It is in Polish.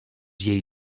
jej